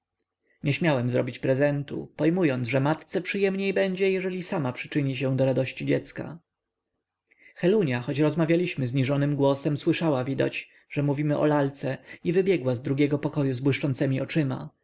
śmiałem zrobić prezentu pojmując że matce przyjemniej będzie jeżeli sama przyczyni się do radości dziecka helunia choć rozmawialiśmy zniżonym głosem usłyszała widać że mówimy o lalce i wybiegła z drugiego pokoju z błyszczącemi oczyma